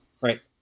Right